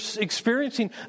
experiencing